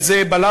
את זה בלמנו,